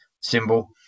symbol